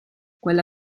quella